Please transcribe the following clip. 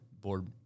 board